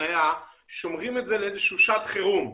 היה ששומרים את זה לאיזה שהיא שעת חירום.